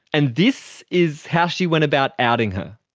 and this is how she went about outing her